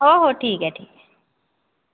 हो हो ठीक आहे ठीक आहे